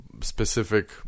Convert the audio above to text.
specific